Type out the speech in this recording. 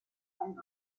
einem